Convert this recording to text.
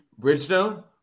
Bridgestone